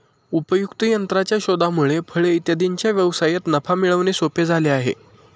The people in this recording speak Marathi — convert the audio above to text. उपयुक्त यंत्राच्या शोधामुळे फळे इत्यादींच्या व्यवसायात नफा मिळवणे सोपे झाले आहे